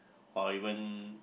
or even